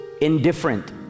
indifferent